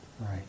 Right